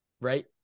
right